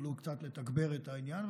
יוכלו קצת לתגבר את העניין.